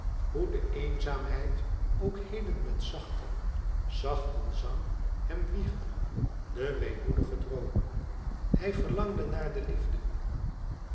hoe de eenzaamheid ook heden met zachten zachten zang hem wiegde den weemoedigen droom hij verlangde naar de liefde